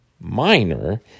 minor